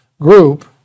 group